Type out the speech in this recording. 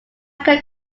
could